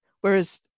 Whereas